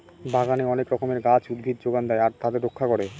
বাগানে অনেক রকমের গাছ, উদ্ভিদ যোগান দেয় আর তাদের রক্ষা করে